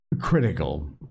critical